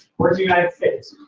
where's the united states?